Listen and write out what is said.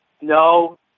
no